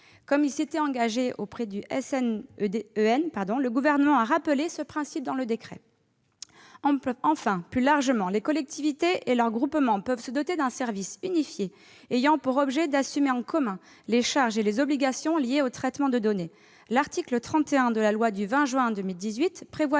national d'évaluation des normes, le CNEN, le Gouvernement a rappelé ce principe dans le décret. Plus largement, les collectivités et leurs groupements peuvent se doter d'un service unifié ayant pour objet d'assumer en commun les charges et obligations liées au traitement de données. L'article 31 de la loi du 20 juin 2018 prévoit